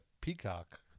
peacock